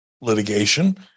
litigation